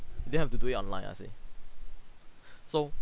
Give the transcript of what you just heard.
they have to do it online you see so